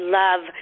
love